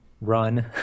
run